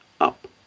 up